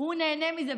הוא נהנה מזה.